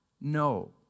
no